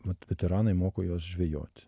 vat veteranai moko juos žvejoti